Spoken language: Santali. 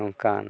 ᱱᱚᱝᱠᱟᱱ